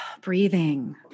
Breathing